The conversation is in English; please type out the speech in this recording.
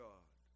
God